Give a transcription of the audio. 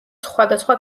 სხვადასხვა